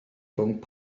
rhwng